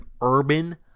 Urban